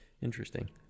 Interesting